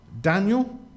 Daniel